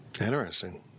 Interesting